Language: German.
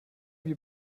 wie